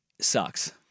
sucks